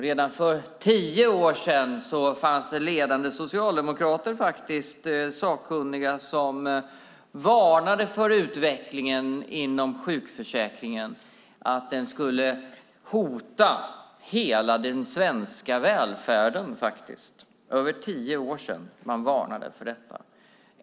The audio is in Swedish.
Redan för tio år sedan fanns det ledande sakkunniga socialdemokrater som varnade för utvecklingen inom sjukförsäkringen och att den skulle hota hela den svenska välfärden. Det var alltså för över tio år sedan som det varnades för detta.